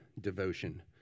devotion